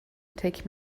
take